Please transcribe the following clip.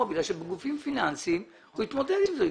כי בגופים פיננסיים הוא יתמודד עם זה.